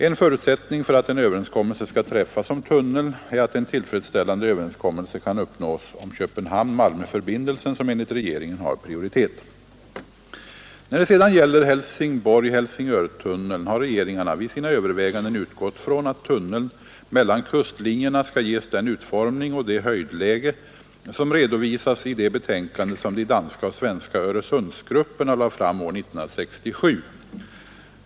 En förutsättning för att en överenskommelse skall träffas om tunneln är att en tillfredsställande överenskommelse kan uppnås om Köpenhamn-—Malmö-förbindelsen, som enligt regeringen har prioritet. När det sedan gäller Helsingborg—Helsingör-tunneln har regeringarna vid sina överväganden utgått från att tunneln mellan kustlinjerna skall ges den utformning och det höjdläge som redovisas i det betänkande som de danska och svenska Öresundsgrupperna lade fram år 1967.